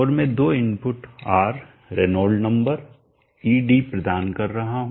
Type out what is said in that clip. और मैं दो input R Reynolds number ed प्रदान कर रहा हूं